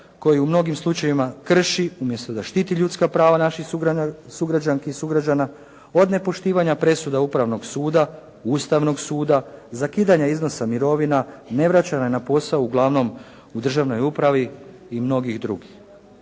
koji u mnogim slučajevima krši, umjesto da štiti ljudska prava naših sugrađanki i sugrađana od nepoštivanja presuda Upravnog suda, Ustavnog suda, zakidanja iznosa mirovina, nevraćanja na posao uglavnom u državnoj upravi i mnogih drugih.